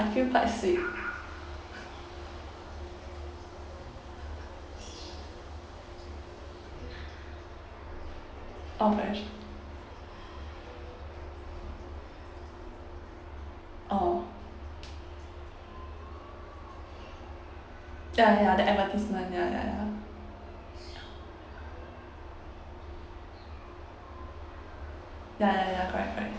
I feel quite sweet oh french orh ya ya the advertisement ya ya ya ya ya ya correct correct